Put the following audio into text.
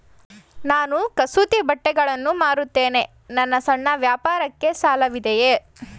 ನಾನು ಕಸೂತಿ ಬಟ್ಟೆಗಳನ್ನು ಮಾರುತ್ತೇನೆ ನನ್ನ ಸಣ್ಣ ವ್ಯಾಪಾರಕ್ಕೆ ಸಾಲವಿದೆಯೇ?